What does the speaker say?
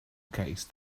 case